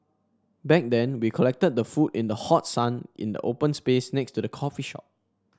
back then we collected the food in the hot sun in the open space next to the coffee shop